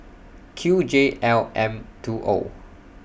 Q J L M two O